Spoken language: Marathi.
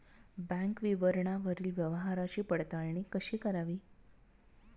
बँक विवरणावरील व्यवहाराची पडताळणी कशी करावी?